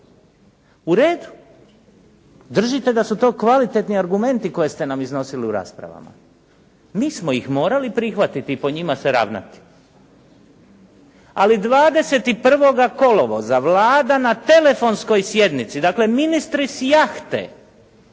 Uredu, držite da su to kvalitetni argumenti koje ste nam iznosili u raspravama, mi smo ih morali prihvatiti i po njima se ravnati, ali 21. kolovoza Vlada na telefonskoj sjednici, dakle ministri s jahte